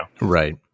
Right